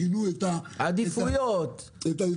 שינו את --- את העדיפויות,